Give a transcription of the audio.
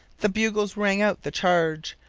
the bugles rang out the charge!